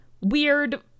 weird